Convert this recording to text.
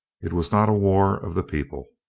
it was not a war of the people.